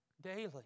Daily